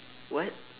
what